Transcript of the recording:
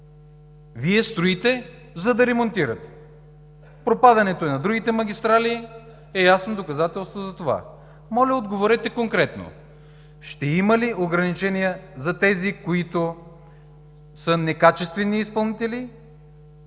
Вие строите, за да ремонтирате. Пропадането и на другите магистрали е ясно доказателство за това. Моля отговорете конкретно: ще има ли ограничения за тези, които са некачествени изпълнители,